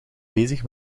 bezig